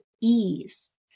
ease